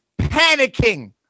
panicking